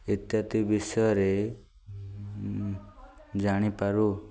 ଇତ୍ୟାଦି ବିଷୟରେ ଜାଣିପାରୁ